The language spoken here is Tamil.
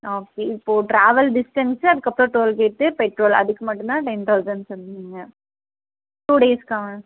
ஓகே இப்போது டிராவல் டிஸ்டென்ஸு அதுக்கு அப்புறம் டோல் கேட்டு பெட்ரோலு அதுக்கு மட்டும்தான் டென் தவுசன் சொன்னீங்க நீங்கள் டூ டேஸ் தாங்க